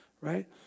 right